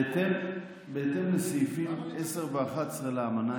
בהתאם לסעיפים 10 ו-11 לאמנה,